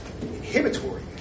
inhibitory